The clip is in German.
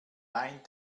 dein